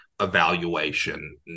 evaluation